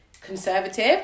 conservative